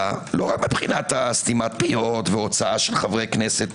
הוועדה לא רק מבחינת סתימת פיות והוצאת חברי כנסת